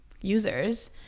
users